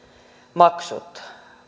maksut